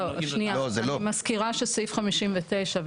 אני מזכירה שסעיף 59,